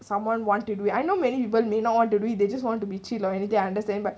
someone want to do it I know many people may not want to do it they just want to be chill or anything I understand but